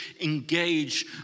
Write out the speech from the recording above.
engage